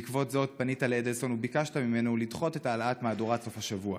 בעקבות זאת פנית לאדלסון וביקשת ממנו לדחות את העלאת מהדורת סוף השבוע.